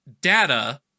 data